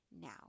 now